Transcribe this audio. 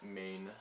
main